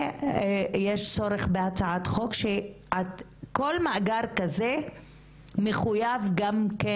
יש צורך בהצעת חוק שכל מאגר כזה מחויב גם כן